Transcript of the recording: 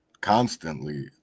constantly